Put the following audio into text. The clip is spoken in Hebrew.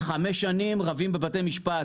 חמש שנים רבים בבתי משפט,